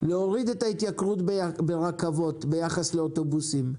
להוריד את ההתייקרות ברכבות ביחס לאוטובוסים,